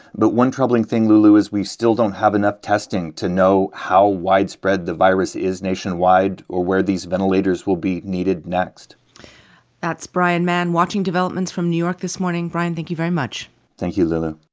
but one troubling thing, lulu, is we still don't have enough testing to know how widespread the virus is nationwide or where these ventilators will be needed next that's brian mann watching developments from new york this morning. brian, thank you very much thank you, lulu